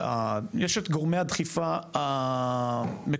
יש את גורמי הדחיפה המקומיים.